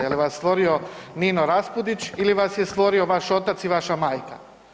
Je li vas stvorio Nino Raspudić ili vas je stvorio vaš otac i vaša majka?